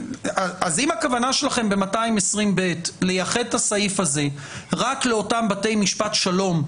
אם הכוונה שלכם ב-220ב לייחד את הסעיף הזה רק לאותם בתי משפט שלום,